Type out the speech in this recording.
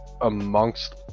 amongst